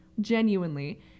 genuinely